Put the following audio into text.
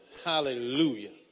Hallelujah